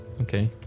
Okay